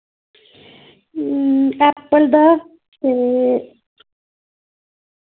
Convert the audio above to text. Apple दा ते